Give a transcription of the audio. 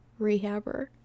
rehabber